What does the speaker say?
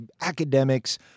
academics